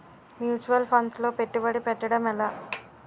Mutual funds లో పెట్టుబడి పెట్టడం ఎలా?